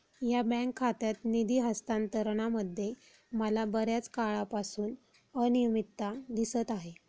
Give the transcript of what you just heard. या बँक खात्यात निधी हस्तांतरणामध्ये मला बर्याच काळापासून अनियमितता दिसत आहे